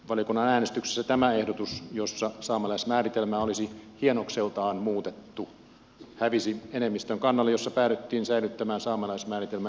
valiokunnan äänestyksessä tämä ehdotus jossa saamelaismääritelmää olisi hienokseltaan muutettu hävisi enemmistön kannalle jossa päädyttiin säilyttämään saamelaismääritelmä nykyisellään